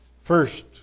First